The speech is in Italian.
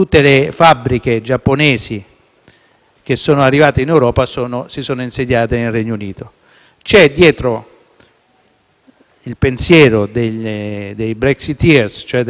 che sono arrivate in Europa si sono insediate nel Regno Unito. Dietro al pensiero dei *brexiteer,* cioè della fazione più dura